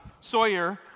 Sawyer